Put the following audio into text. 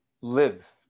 live